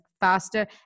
Faster